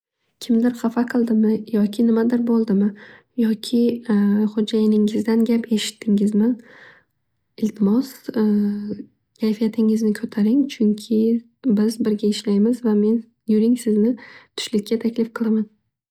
Kimdir hafa qildimi yoki nimadir bo'ldimi yoki xo'jayingizdan gap eshittingizmi? Iltimos kayfiyatingizni ko'taring, chunki biz birga ishlaymiz. Va men yuring sizni tushlikka taklif qilaman.